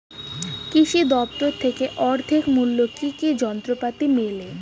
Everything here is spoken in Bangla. কৃষি দফতর থেকে অর্ধেক মূল্য কি কি যন্ত্রপাতি মেলে?